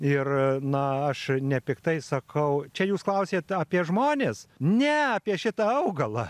ir na aš nepiktai sakau čia jūs klausėt apie žmones ne apie šitą augalą